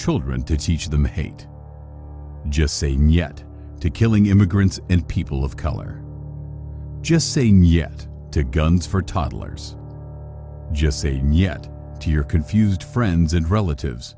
children to teach them to hate just same yet to killing immigrants and people of color just say nyet to guns for toddlers just say nyet dear confused friends and relatives